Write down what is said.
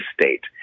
state